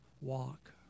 walk